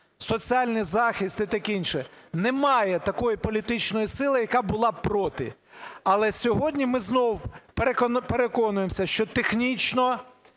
соціальний захист і таке інше. Немає такої політичної сили, яка була б проти. Але сьогодні ми знов переконуємося, що технічно